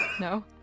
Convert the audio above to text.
No